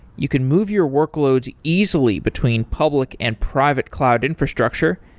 you can move your workloads easily between public and private cloud infrastructure,